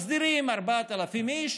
מסדירים 4,000 איש